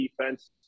defense